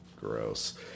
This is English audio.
Gross